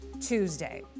Tuesday